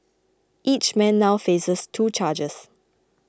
each man now faces two charges